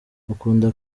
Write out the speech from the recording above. akunda